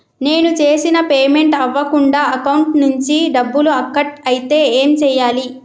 నేను చేసిన పేమెంట్ అవ్వకుండా అకౌంట్ నుంచి డబ్బులు కట్ అయితే ఏం చేయాలి?